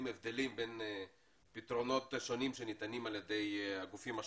הבדלים בין פתרונות שונים שניתנים על ידי הגופים השונים.